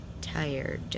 tired